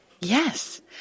Yes